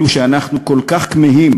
אלו שאנחנו כל כך כמהים,